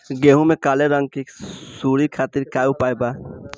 गेहूँ में काले रंग की सूड़ी खातिर का उपाय बा?